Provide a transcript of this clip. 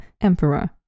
emperor